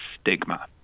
stigma